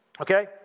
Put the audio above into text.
Okay